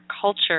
culture